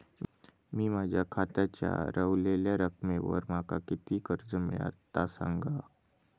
मी माझ्या खात्याच्या ऱ्हवलेल्या रकमेवर माका किती कर्ज मिळात ता सांगा?